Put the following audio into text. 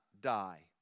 die